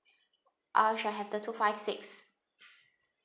I should have the two five six